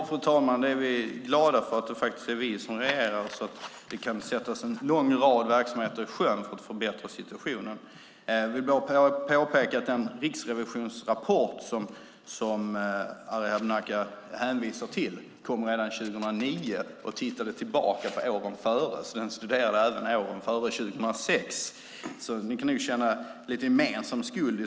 Fru talman! Vi är glada att det är vi som regerar så att en lång rad verksamheter för att förbättra situationen kan sättas i sjön. Jag vill dock påpeka att den riksrevisionsrapport som Arhe Hamednaca hänvisar till kom 2009 och tittade tillbaka i tiden. Den studerade alltså även åren före 2006, så ni får nog känna lite gemensam skuld.